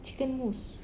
chicken mousse